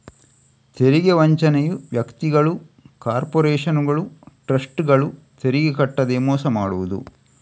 ತೆರಿಗೆ ವಂಚನೆಯು ವ್ಯಕ್ತಿಗಳು, ಕಾರ್ಪೊರೇಷನುಗಳು, ಟ್ರಸ್ಟ್ಗಳು ತೆರಿಗೆ ಕಟ್ಟದೇ ಮೋಸ ಮಾಡುದು